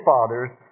Father's